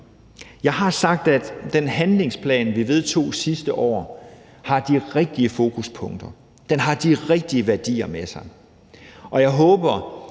Jeg har sagt, at den handlingsplan, vi vedtog sidste år, har de rigtige fokuspunkter. Den har de rigtige værdier i sig. Og jeg håber